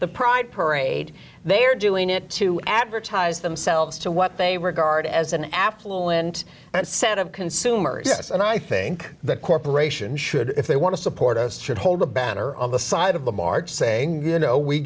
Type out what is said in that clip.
the pride parade they are doing it to advertise themselves to what they regard as an affluent set of consumers yes and i think that corporations should if they want to support us should hold a banner on the side of the march saying you know we